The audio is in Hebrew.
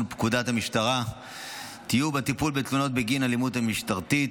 פקודת המשטרה (טיוב הטיפול בתלונות בגין אלימות משטרתית),